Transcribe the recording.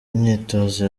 myitozo